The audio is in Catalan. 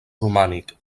romànic